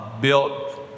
Built